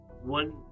one